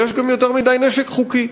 אבל יש גם יותר מדי נשק חוקי.